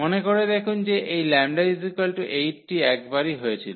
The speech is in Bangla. মনে করে দেখুন যে এই 𝜆 8 টিএকবারই হয়েছিল